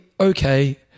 okay